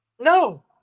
No